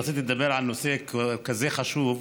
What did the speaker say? רציתי לדבר על נושא כזה חשוב,